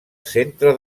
centre